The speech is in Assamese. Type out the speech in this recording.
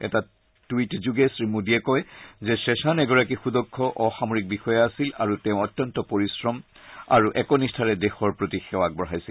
এটা টুইটযোগে শ্ৰীমোডীয়ে কয় যে শেখান এগৰাকী সূদক্ষ অসামৰিক বিষয়া আছিল আৰু তেওঁ অত্যন্ত পৰিশ্ৰম আৰু একনিষ্ঠাৰে দেশৰ প্ৰতি সেৱা আগবঢ়াইছিল